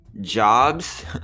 jobs